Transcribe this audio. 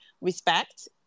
respect